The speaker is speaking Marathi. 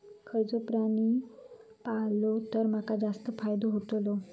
खयचो प्राणी पाळलो तर माका जास्त फायदो होतोलो?